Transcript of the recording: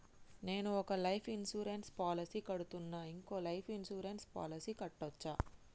నేను ఒక life insurance policy కడ్తున్నా, ఇంకో లైఫ్ ఇన్సూరెన్స్ పాలసీ కట్టొచ్చా?